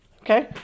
Okay